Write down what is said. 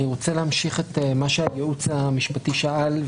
אני רוצה להמשיך את מה שהייעוץ המשפטי שאל,